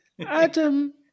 Adam